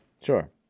Sure